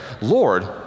Lord